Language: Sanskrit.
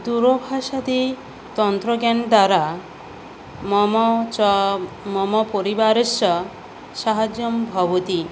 दूरभाषादि तन्त्रज्ञानद्वारा मम च मम परिवारस्य साहाय्यं भवति